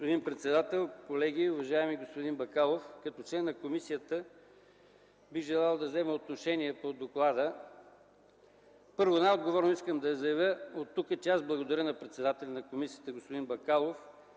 Господин председател, колеги, уважаеми господин Бакалов! Като член на комисията, бих желал да взема отношение по доклада. Първо, най-отговорно искам да заявя от тук, че благодаря на председателя на комисията господин Бакалов